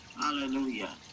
Hallelujah